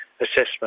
assessment